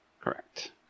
Correct